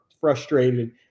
frustrated